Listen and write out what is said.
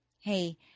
Hey